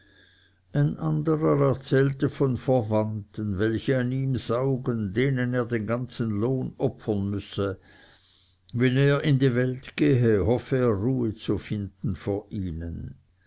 ein anderer erzählte von verwandten welche an ihm saugen denen er den ganzen lohn opfern müsse wenn er in die welt gehe hoffe er ruhe zu finden vor ihnen